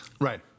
Right